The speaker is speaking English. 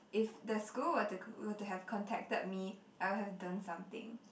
if the school were to co~ were to have contacted me I would have done something